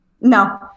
No